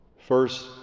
First